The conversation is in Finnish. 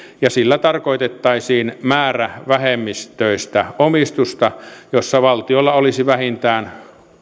ja sillä tarkoitettaisiin määrävähemmistöistä omistusta jossa valtiolla olisi vähintään